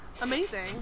Amazing